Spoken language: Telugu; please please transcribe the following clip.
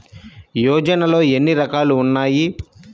యోజనలో ఏన్ని రకాలు ఉన్నాయి?